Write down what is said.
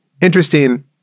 Interesting